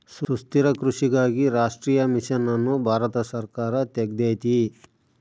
ಸುಸ್ಥಿರ ಕೃಷಿಗಾಗಿ ರಾಷ್ಟ್ರೀಯ ಮಿಷನ್ ಅನ್ನು ಭಾರತ ಸರ್ಕಾರ ತೆಗ್ದೈತೀ